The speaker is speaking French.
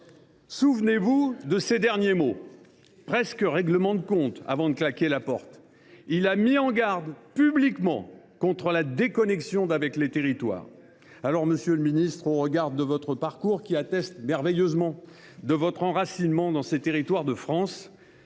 Souvenez vous de ses derniers mots – presque un règlement de compte – lorsqu’il a claqué la porte : il a mis en garde publiquement contre la déconnexion à l’égard des territoires. Aussi, monsieur le ministre, au regard de votre parcours, qui atteste merveilleusement de votre enracinement dans ces territoires de France,